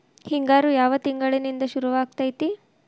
ಹಿಂಗಾರು ಯಾವ ತಿಂಗಳಿನಿಂದ ಶುರುವಾಗತೈತಿ?